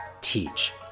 teach